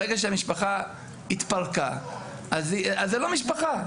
ברגע שהמשפחה התפרקה, אז זה לא המשפחה.